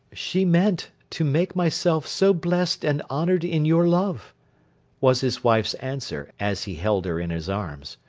she meant, to make myself so blest and honoured in your love was his wife's answer, as he held her in his arms.